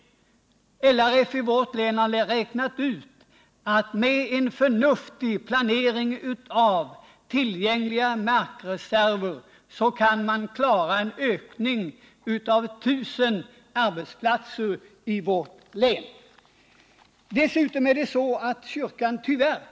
LRF i vårt län har räknat ut att med en förnuftig planering av tillgängliga markreserver kan man klara en ökning med 1000 arbetsplatser i länet. Men tyvärr främjar kyrkan inte en sådan utveckling.